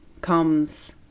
comes